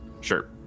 sure